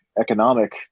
economic